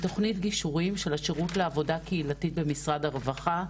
תוכנית גישורים של השירות לעבודה קהילתית במשרד הרווחה,